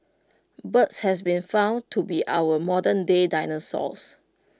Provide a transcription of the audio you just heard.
birds has been found to be our modernday dinosaurs